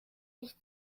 nicht